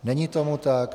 Není tomu tak.